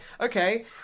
okay